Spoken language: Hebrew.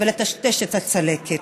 ולטשטש את הצלקת.